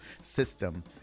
system